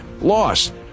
lost